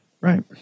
Right